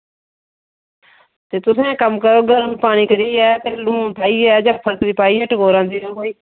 ते हून लून पाइयै जां फटकरी पाइयै टकोरां देओ भाई